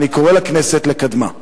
ואני קורא לכנסת לקדמה.